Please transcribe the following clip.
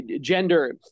gender